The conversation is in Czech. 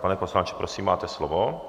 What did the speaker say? Pane poslanče, prosím, máte slovo.